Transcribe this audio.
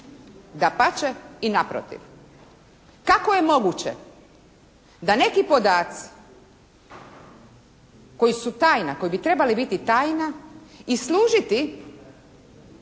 Dapače i naprotiv. Kako je moguće da neki podaci koji su tajna, koji bi trebali biti tajna i služiti